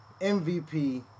MVP